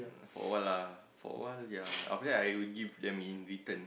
for awhile lah for awhile ya after that I will give them in return